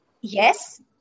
yes